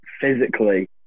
physically